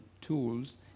tools